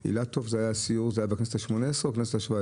זה היה עם אילטוב, זה היה בכנסת ה-18 או ה-17,